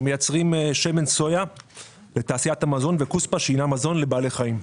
מייצרים שמן סויה לתעשיית המזון וכוספא שהינה מזון לבעלי חיים.